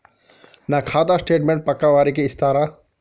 నా ఖాతా స్టేట్మెంట్ పక్కా వారికి ఇస్తరా?